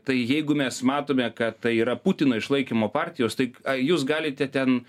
tai jeigu mes matome kad tai yra putino išlaikymo partijos tai jūs galite ten